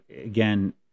again